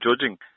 judging